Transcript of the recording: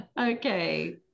Okay